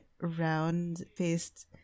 round-faced